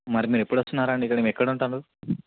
మరి మీరు ఎప్పుడు వస్తున్నారు ఇక్కడికి మీరు ఎక్కడ ఉంటున్నారు